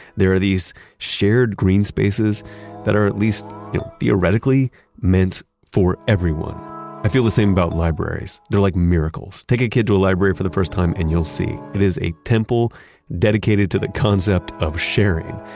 there are these shared green spaces that are at least theoretically meant for everyone. i feel the same about libraries, they're like miracles. take a kid to a library for the first time and you'll see. it is a temple dedicated to the concept of sharing.